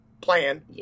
plan